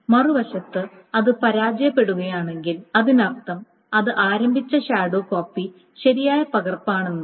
മറുവശത്ത് അത് പരാജയപ്പെടുകയാണെങ്കിൽ അതിനർത്ഥം അത് ആരംഭിച്ച ഷാഡോ കോപ്പി ശരിയായ പകർപ്പാണെന്നാണ്